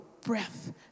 breath